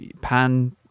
pan